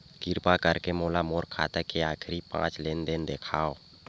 किरपा करके मोला मोर खाता के आखिरी पांच लेन देन देखाव